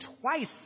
twice